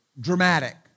dramatic